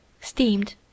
steamed